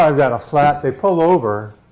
i've got a flat. they pull over.